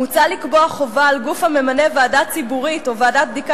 מוצע לקבוע חובה על גוף הממנה ועדה ציבורית או ועדת בדיקה